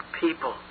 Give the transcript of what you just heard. people